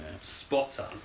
Spotter